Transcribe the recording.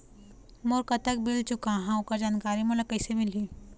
मोर कतक बिल चुकाहां ओकर जानकारी मोला कैसे मिलही?